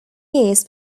years